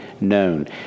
known